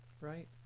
right